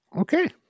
Okay